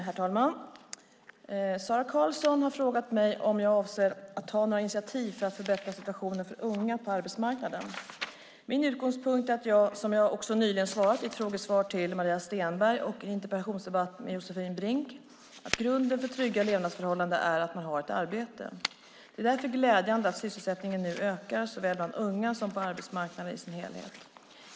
Herr talman! Sara Karlsson har frågat mig om jag avser att ta några initiativ för att förbättra situationen för unga på arbetsmarknaden. Min utgångspunkt är, som jag också nyligen svarat i ett frågesvar till Maria Stenberg och i en interpellationsdebatt med Josefin Brink, att grunden för trygga levnadsförhållanden är att man har ett arbete. Det är därför glädjande att sysselsättningen nu ökar, såväl bland unga som på arbetsmarknaden i sin helhet.